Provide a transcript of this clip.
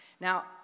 Now